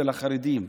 של החרדים,